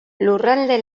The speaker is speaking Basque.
lurralde